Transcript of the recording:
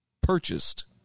purchased